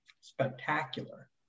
spectacular